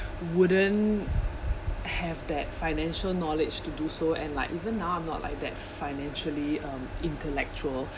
wouldn't have that financial knowledge to do so and like even now I'm not like that financially um intellectual